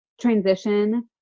transition